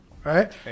Right